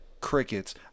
crickets